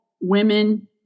women